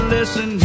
Listen